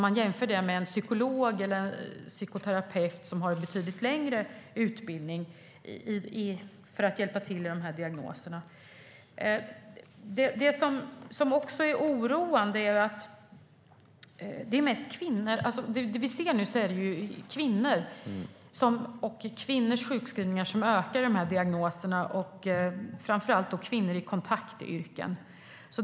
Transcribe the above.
Man jämför det med en psykolog eller en psykoterapeut, som har en betydligt längre utbildning för att hjälpa till vid de här diagnoserna. Det är oroande att det mest är för kvinnor med de här diagnoserna som sjukskrivningarna ökar, framför allt då för kvinnor i kontaktyrken.